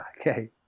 Okay